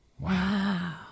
Wow